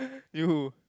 you